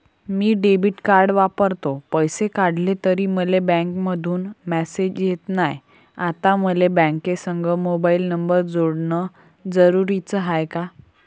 मी debit card वापरतो, पैसे काढले तरी मले बँकेमंधून मेसेज येत नाय, आता मले बँकेसंग मोबाईल नंबर जोडन जरुरीच हाय का?